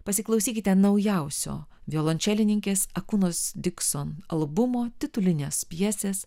pasiklausykite naujausio violončelininkės akunos dikson albumo titulinės pjesės